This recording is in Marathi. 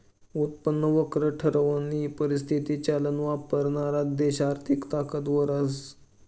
उत्पन्न वक्र ठरावानी परिस्थिती चलन वापरणारा देश आर्थिक ताकदवर रहास